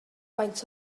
faint